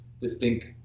distinct